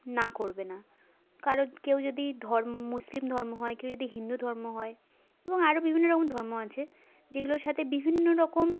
না করবে না কারোর কেউ যদি মুসলিম ধর্ম হয় কেউ যদি হিন্দু ধর্ম হয় এবং আরও বিভিন্ন রকম ধর্ম আছে যেগুলোর সাথে বিভিন্ন রকম